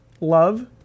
Love